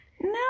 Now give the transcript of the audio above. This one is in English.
No